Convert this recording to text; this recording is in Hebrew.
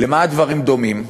למה הדברים דומים?